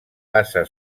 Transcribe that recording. passa